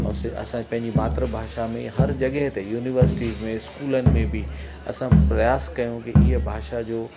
ऐं असांजे पंहिंजी मातृ भाषा में हर जॻहि ते युनिवर्सिटीज़ में स्कूलनि में बि असां प्रयास कयूं कि इहा भाषा जो